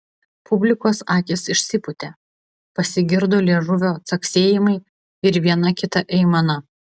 publikos akys išsipūtė pasigirdo liežuvio caksėjimai ir viena kita aimana